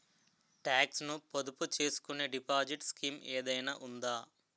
Talks ను పొదుపు చేసుకునే డిపాజిట్ స్కీం ఏదైనా ఉందా?